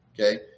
Okay